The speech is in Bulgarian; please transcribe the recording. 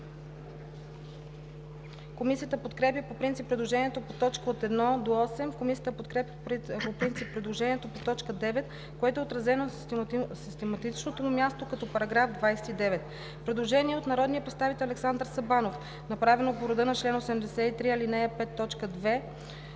Комисията подкрепя по принцип предложението по т. 1 – 8. Комисията подкрепя по принцип предложението по т. 9, което е отразено в систематичното му място като § 29. Предложение от народния представител Александър Сабанов, направено по реда на чл. 83, ал.